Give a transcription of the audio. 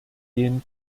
gehen